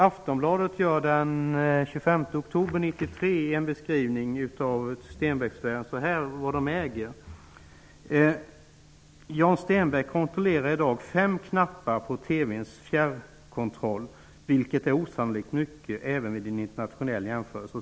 Aftonbladet gjorde den 25 oktober 1993 en beskrivning av vad Stenbeckssfären äger. ''Jan Stenbeck kontrollerar i dag fem knappar på TV:ns fjärrkontroll, vilket är osannolikt mycket -- även vid en internationell jämförelse.''